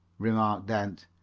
remarked dent.